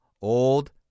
Old